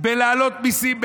בלהעלות מיסים,